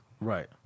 Right